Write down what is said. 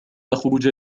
أخرج